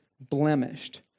blemished